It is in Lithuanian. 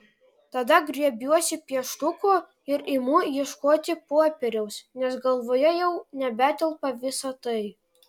tada griebiuosi pieštuko ir imu ieškoti popieriaus nes galvoje jau nebetelpa visa tai